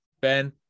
Ben